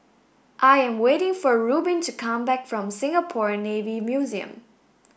I am waiting for Rubin to come back from Singapore Navy Museum